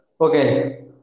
Okay